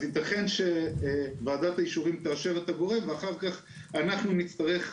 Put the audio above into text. ייתכן שוועדת האישורים תאשר את הגורם ואחר כך אנחנו נצטרך,